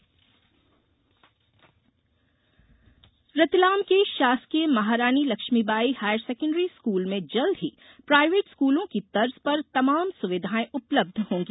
आदर्श school Ratlam के शासकीय Maharani Laxmibai higher secondary school में जल्द ही प्रायवेट स्कूलों की तर्ज पर तमाम सुविधाएं उपलब्ध होंगी